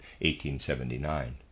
1879